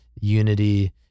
unity